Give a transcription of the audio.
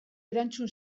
erantzun